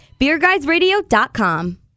BeerGuysRadio.com